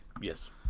Yes